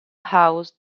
house